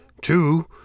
two